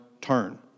turn